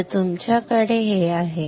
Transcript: आता तुमच्याकडे हे आहे